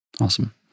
Awesome